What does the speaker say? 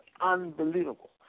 unbelievable